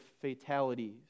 fatalities